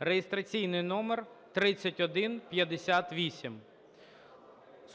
(реєстраційний номер 3158).